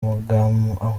agomba